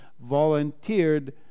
volunteered